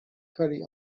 کاری